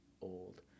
old